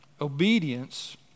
Obedience